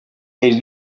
est